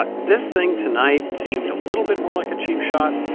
ah this thing tonight seemed a little bit more like a cheap shot,